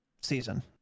season